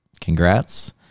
Congrats